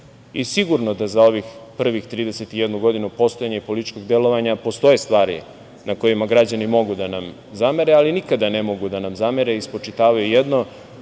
i sigurno da za ovih prvih 31. godinu postojanja i političkog delovanja postoje stvari na kojima građani mogu da nam zamere, ali nikada ne mogu da nam zamere i spočitavaju jedno,